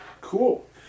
Cool